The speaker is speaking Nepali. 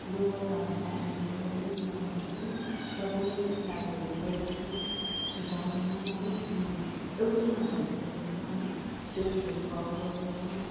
लोवर कास्ट फेमिलीबाट नै बिलोङ गर्छु र पनि मेरो साथीहरूले कहिँले पनि छुट्ट्याउँदैन है अनि एउटै नजरले हेर्छ है त्यो भेदभाव गर्दैन